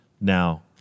Now